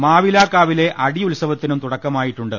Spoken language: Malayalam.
മാവി ലാക്കാവിലെ അടിയുത്സവത്തിനും തുടക്കമായിട്ടുണ്ട്